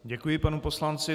Děkuji panu poslanci.